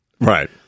Right